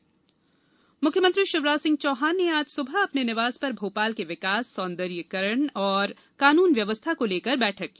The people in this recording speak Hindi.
सीएम बैठक मुख्यमंत्री शिवराज सिंह चौहान ने आज सुबह अपने निवास पर भोपाल के विकास सौंदर्यीकरण और कानून व्यवस्था को लेकर बैठक की